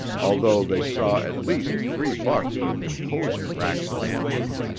although they saw at least three bucks with imposing racks of antlers.